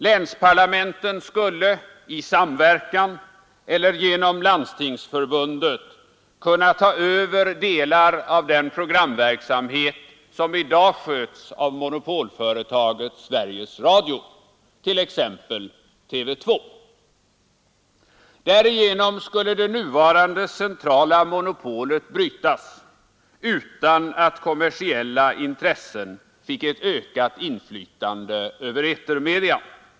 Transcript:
Länsparlamenten skulle i samverkan eller genom Landstingsförbundet kunna ta över delar av den programverksamhet som i dag sköts av monopolföretaget Sveriges Radio, t.ex. TV 2. Därigenom skulle det nuvarande centrala monopolet brytas, utan att kommersiella intressen fick ett ökat inflytande över etermedia.